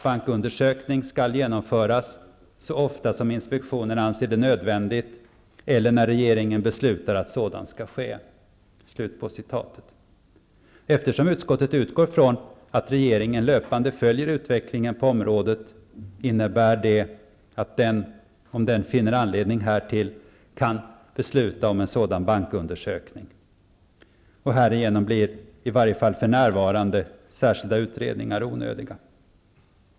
Bankundersökning skall genomföras så ofta som inspektionen anser det nödvändigt eller när regeringen beslutar att sådan skall ske. Eftersom utskottet utgår från att regeringen löpande följer utvecklingen på området, innebär det att den, om den finner anledning härtill, kan besluta om en sådan bankundersökning. Härigenom blir, i varje fall för närvarande, särskilda utredningar onödiga.